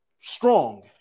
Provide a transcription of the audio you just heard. strong